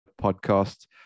podcast